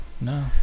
No